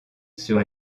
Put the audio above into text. sur